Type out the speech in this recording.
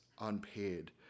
unpaid